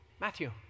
Matthew